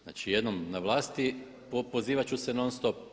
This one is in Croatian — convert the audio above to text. Znači jednom na vlasti pozivat ću se non-stop.